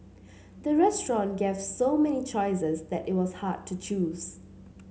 the restaurant gave so many choices that it was hard to choose